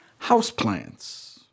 houseplants